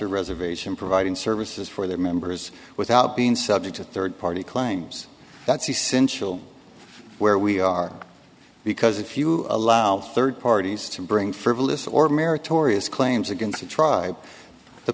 a reservation providing services for their members without being subject to third party claims that's essential where we are because if you allow third parties to bring frivolous or meritorious claims against the tribe the